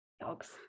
dogs